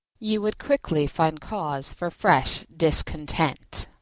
you would quickly find cause for fresh discontent.